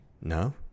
No